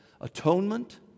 Atonement